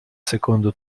secondo